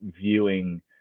viewing